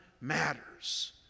matters